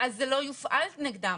אז זה לא יופעל נגדם.